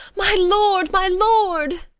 my lord, my lord!